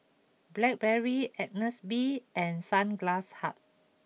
Blackberry Agnes B and Sunglass Hut